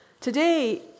Today